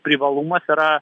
privalumas yra